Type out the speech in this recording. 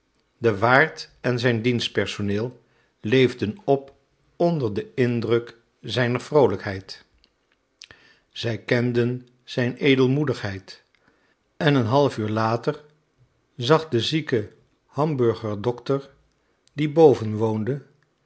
de waard en zijn dienstpersoneel leefden op onder den indruk zijner vroolijkheid zij kenden zijn edelmoedigheid en een half uur later zag de zieke hamburger dokter die boven woonde